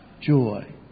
joy